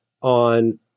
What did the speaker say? on